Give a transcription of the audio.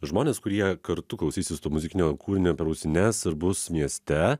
žmonės kurie kartu klausysis to muzikinio kūrinio per ausines ir bus mieste